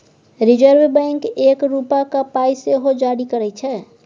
reserve bank एक रुपाक पाइ सेहो जारी करय छै